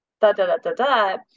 da-da-da-da-da